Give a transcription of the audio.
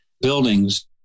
buildings